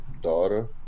daughter